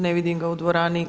Ne vidim ga u dvorani.